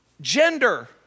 Gender